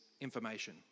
information